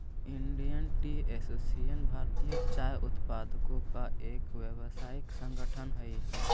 Indian Tea Association भारतीय चाय उत्पादकों का एक व्यावसायिक संगठन हई